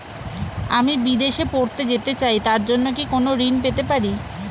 আমি বিদেশে পড়তে যেতে চাই তার জন্য কি কোন ঋণ পেতে পারি?